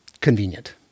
convenient